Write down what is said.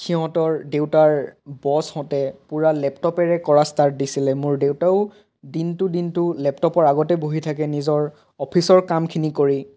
সিহঁতৰ দেউতাৰ বছহঁতে পূৰা লেপটপেৰে কৰা ষ্টাৰ্ট দিছিলে মোৰ দেউতাও দিনটো দিনটো লেপটপৰ আগতে বহি থাকে নিজৰ অফিচৰ কামখিনি কৰি